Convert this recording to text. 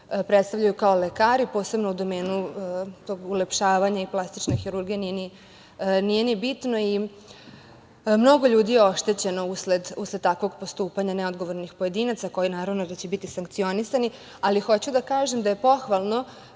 predstavljaju kao lekari, posebno u domenu tog ulepšavanja i plastične hirurgije, nije ni bitno, i mnogo ljudi je oštećeno usled takvog postupanja neodgovornih pojedinaca, koji će naravno biti sankcionisani, ali hoću da kažem da je pohvalno